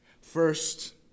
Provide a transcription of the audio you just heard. First